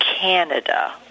Canada –